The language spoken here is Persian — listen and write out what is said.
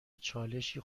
چالشی